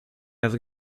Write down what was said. las